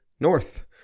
North